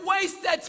wasted